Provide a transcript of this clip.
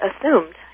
assumed